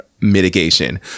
mitigation